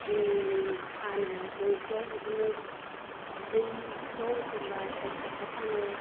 फानो गंसेयाव बिदिनो बिदैखौ हमबा सायत्ताखा फानो